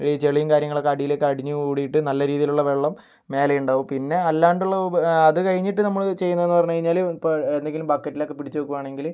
ഈ ചളിയും കാര്യങ്ങളൊക്കെ അടിയിലേയ്ക്ക് അടിഞ്ഞു കൂടിയിട്ട് നല്ല രീതിയിലുള്ള വെള്ളം മേലെയുണ്ടാവും പിന്നെ അല്ലാണ്ടുള്ള അതു കഴിഞ്ഞിട്ട് നമ്മൾ ചെയ്യുന്നതെന്ന് പറഞ്ഞു കഴിഞ്ഞാൽ ഇപ്പം എന്തെങ്കിലും ബക്കറ്റിലൊക്കെ പിടിച്ചു വയ്ക്കുകയാണെങ്കിൽ